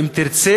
ואם היא תרצה,